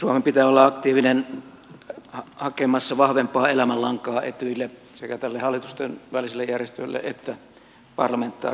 suomen pitää olla aktiivisesti hakemassa vahvempaa elämänlankaa etyjille sekä hallitustenväliselle järjestölle että parlamentaariselle yleiskokoukselle